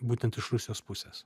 būtent iš rusijos pusės